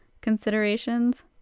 considerations